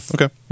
Okay